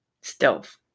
stealth